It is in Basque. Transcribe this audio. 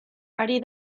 ari